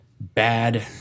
bad